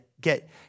get